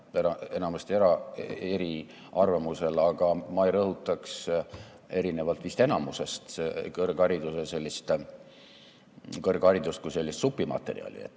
enamasti eri arvamustel. Aga ma ei rõhutaks, erinevalt vist enamusest, kõrgharidust kui sellist supimaterjali,